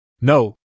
No